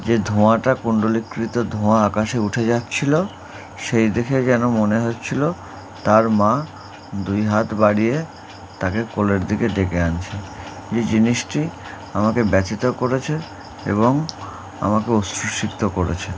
যে ধোঁয়াটা কুন্ডলিকৃত ধোঁয়া আকাশে উঠে যাচ্ছিলো সেই দেখে যেন মনে হচ্ছিলো তার মা দুই হাত বাড়িয়ে তাকে কলের দিকে ডেকে আনছে যে জিনিসটি আমাকে ব্যথিত করেছে এবং আমাকে উচ্ছসিত করেছে